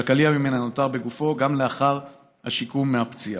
והקליע ממנה נותר בגופו גם לאחר השיקום מהפציעה.